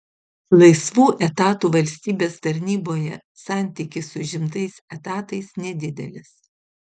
laisvų etatų valstybės tarnyboje santykis su užimtais etatais nedidelis